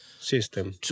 system